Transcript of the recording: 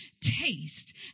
taste